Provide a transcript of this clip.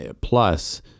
Plus